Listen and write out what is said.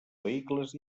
vehicles